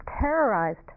terrorized